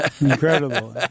Incredible